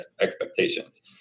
expectations